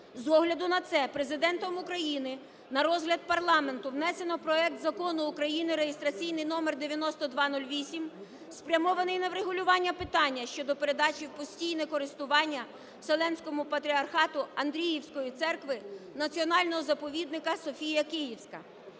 З огляду на це Президентом України на розгляд парламенту внесено проект Закону України реєстраційний номер 9208, спрямований на врегулювання питання щодо передачі в постійне користування Вселенському Патріархату Андріївської церкви Національного заповідника "Софія Київська".